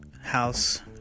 house